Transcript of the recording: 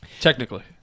Technically